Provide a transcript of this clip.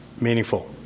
meaningful